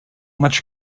much